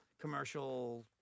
commercial